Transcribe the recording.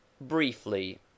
Briefly